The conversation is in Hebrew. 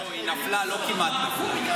היא נפלה, לא כמעט נפלה.